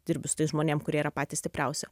dirbi su tais žmonėm kurie yra patys stipriausi